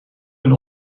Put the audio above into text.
hun